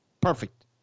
perfect